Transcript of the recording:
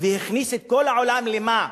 והכניס את כל העולם, למה?